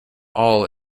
all